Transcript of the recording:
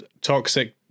Toxic